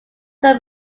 them